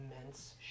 immense